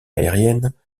aérienne